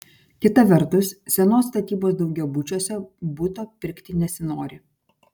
kita vertus senos statybos daugiabučiuose buto pirkti nesinori